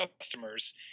customers